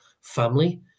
Family